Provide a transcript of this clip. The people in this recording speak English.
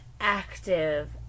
active